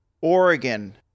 Oregon